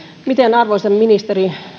miten arvoisa ministeri